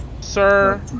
Sir